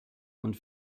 und